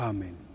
Amen